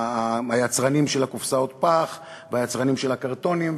היצרנים של קופסאות הפח והיצרנים של הקרטונים,